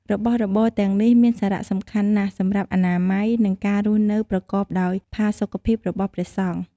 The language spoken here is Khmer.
របស់របរទាំងនេះមានសារៈសំខាន់ណាស់សម្រាប់អនាម័យ និងការរស់នៅប្រកបដោយផាសុកភាពរបស់ព្រះសង្ឃ។